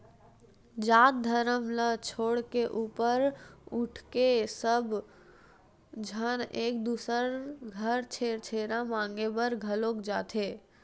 जात धरम ल छोड़ के ऊपर उठके सब झन एक दूसर घर छेरछेरा मागे बर घलोक जाथे